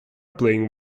playing